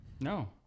No